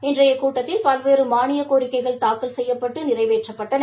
இன்றைய கூட்டத்தில் பல்வேறு மானியக் கோிக்கைகள் தாக்கல் செய்யப்பட்டு நிறைவேற்றப்பட்டன